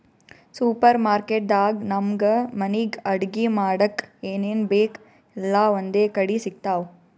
super market ದಾಗ್ ನಮ್ಗ್ ಮನಿಗ್ ಅಡಗಿ ಮಾಡಕ್ಕ್ ಏನೇನ್ ಬೇಕ್ ಎಲ್ಲಾ ಒಂದೇ ಕಡಿ ಸಿಗ್ತಾವ್